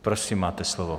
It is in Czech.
Prosím, máte slovo.